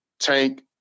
Tank